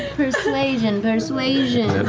persuasion, persuasion.